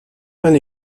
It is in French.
peint